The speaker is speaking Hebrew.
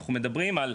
שאנחנו מדברים על,